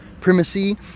Primacy